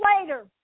later